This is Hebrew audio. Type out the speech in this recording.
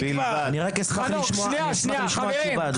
לא עם אלה -- אני רק אשמח לשמוע תשובה אדוני היושב ראש.